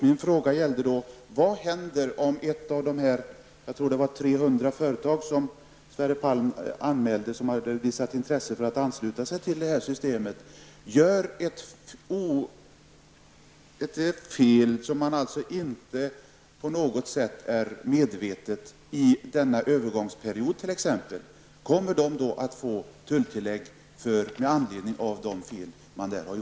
Min fråga gällde vad som händer om ett av de 300 företag som visat intresse för att ansluta sig till systemet, under en övergångsperiod gör ett fel som inte på något sätt är medvetet. Kommer det företaget att få tulltillägg?